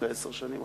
אחרי עשר שנים,